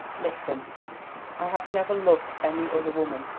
listen i have never loved any other woman,